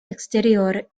exterior